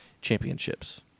Championships